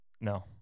No